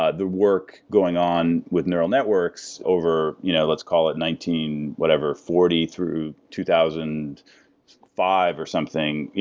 ah the work going on with neural networks over you know let's call it nineteen whatever, forty through two thousand and five or something, yeah